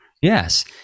Yes